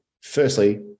Firstly